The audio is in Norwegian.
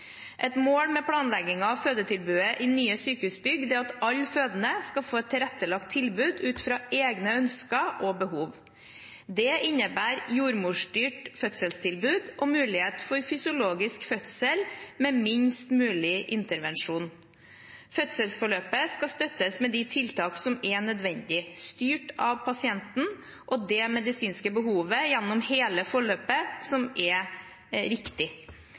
Et mål ved planleggingen av fødetilbudet i nye sykehusbygg er at alle fødende skal få et tilrettelagt tilbud ut fra egne ønsker og behov. Det innebærer jordmorstyrt fødselstilbud og mulighet for fysiologisk fødsel med minst mulig intervensjon. Fødselsforløpet skal støttes med de tiltak som er nødvendig og riktig, styrt av pasienten og det medisinske behovet, gjennom hele forløpet.